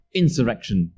insurrection